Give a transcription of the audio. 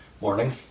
Morning